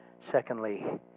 Secondly